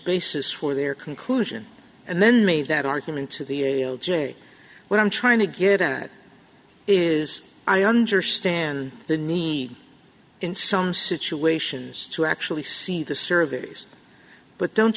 basis for their conclusion and then made that argument to the j what i'm trying to get at is i understand the need in some situations to actually see the surveys but don't